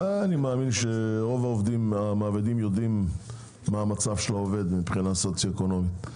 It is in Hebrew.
אני מאמין שרוב המעבידים יודעים מה מצב העובד מבחינה סוציו-אקונומית.